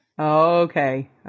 Okay